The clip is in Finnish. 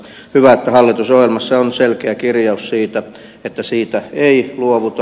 hyvä että hallitusohjelmassa on selkeä kirjaus siitä että siitä ei luovuta